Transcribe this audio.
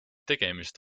tegemist